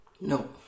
No